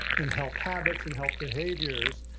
and health habits and health behaviors.